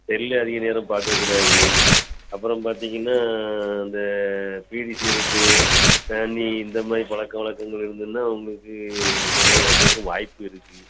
cell அதிக நேரம் பார்க்கக்கூடாது அப்புறம் பார்த்திங்கன்னா அந்த பீடி சிகரெட்டு தண்ணி இந்தமாதிரி பழக்க வழக்கங்கள் இருந்ததுன்னால் உங்களுக்கு இந்தமாதிரி வர்றதுக்கு வாய்ப்பு இருக்குது